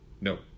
No